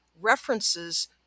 references